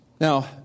Now